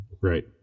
right